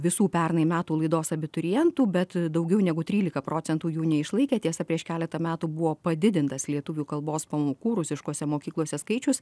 visų pernai metų laidos abiturientų bet daugiau negu trylika procentų jų neišlaikė tiesa prieš keletą metų buvo padidintas lietuvių kalbos pamokų rusiškose mokyklose skaičius